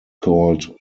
called